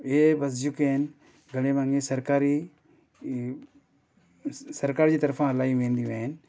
इहे बस जेके आहिनि घणे भाङे सरकारी इहे सरकारि जी तरफ़ा हलायूं वेंदियूं आहिनि